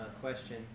question